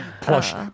plush